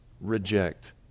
reject